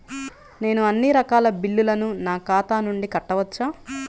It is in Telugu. నేను అన్నీ రకాల బిల్లులను నా ఖాతా నుండి కట్టవచ్చా?